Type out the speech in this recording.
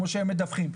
כמו שהם מדווחים,